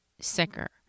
sicker